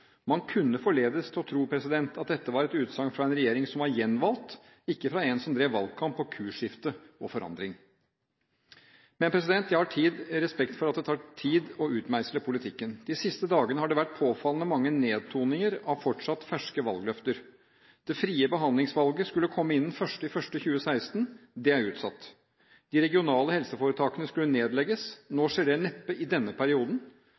Man kunne forledes til å tro at dette var et utsagn fra en regjering som var gjenvalgt, ikke fra en som drev valgkamp på kursskifte og forandring. Jeg har respekt for at det tar tid å utmeisle politikken. De siste dagene har det vært påfallende mange nedtoninger av fortsatt ferske valgløfter. Det frie behandlingsvalget skulle komme innen 1. januar 2016 – det er utsatt. De regionale helseforetakene skulle nedlegges – nå skjer det neppe i denne perioden.